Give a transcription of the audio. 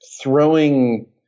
throwing